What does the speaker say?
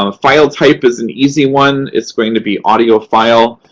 ah file type is an easy one. it's going to be audio file.